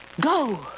go